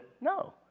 No